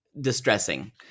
distressing